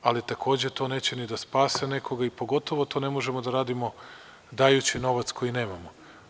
Ali, takođe, to neće ni da spase nekoga, a pogotovo to ne možemo da radimo dajući novac koji nemamo.